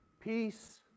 peace